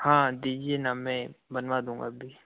हाँ दीजिए ना मैं बनवा दूंगा अभी